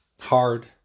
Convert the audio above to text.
Hard